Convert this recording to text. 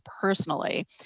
personally